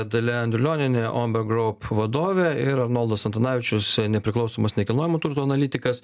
dalia andrulionienė omberg group vadovė ir arnoldas antanavičius nepriklausomas nekilnojamo turto analitikas